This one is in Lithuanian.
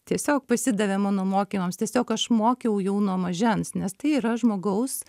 tiesiog pasidavė mano mokymams tiesiog aš mokiau jau nuo mažens nes tai yra žmogaus